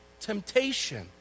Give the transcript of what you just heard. temptation